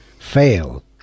fail